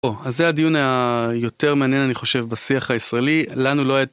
אז זה הדיון היותר מעניין אני חושב בשיח הישראלי, לנו לא הייתה...